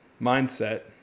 mindset